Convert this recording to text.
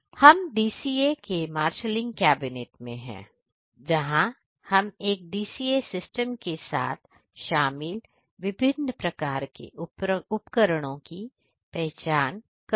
तो हम DCA के मार्शलिंग केबिनेट मैं हैं जहाँ हम एक DCA सिस्टम के साथ शामिल विभिन्न प्रकार के उपकरणों की पहचान कर सकते हैं